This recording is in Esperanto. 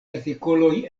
artikoloj